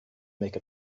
make